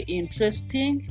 interesting